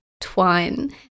twine